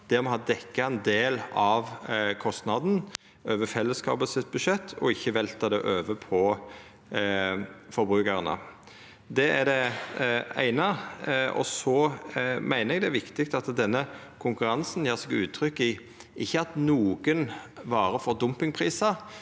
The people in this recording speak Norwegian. me har dekt ein del av kostnaden over fellesskapet sitt budsjett og ikkje velta det over på forbrukarane. Det er det eine. Så meiner eg det er viktig at denne konkurransen ikkje gjev seg utslag i at nokre varer får dumpingprisar,